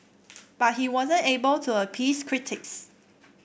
but he wasn't able to appease critics